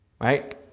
right